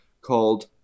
called